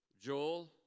Joel